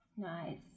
Nice